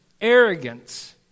arrogance